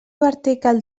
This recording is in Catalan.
vertical